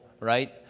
right